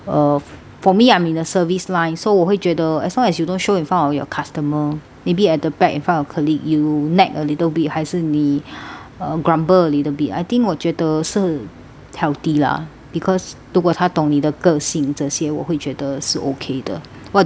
for me I'm in the service line so 我会觉得 as long as you don't show in front of your customer maybe at the back in front of colleague you nag a little bit 还是你 uh grumble a little bit I think 我觉得是 healthy lah because 如果他懂你的个性这些我会觉得是 okay 的 what do you think